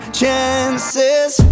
chances